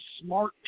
Smart